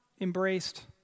embraced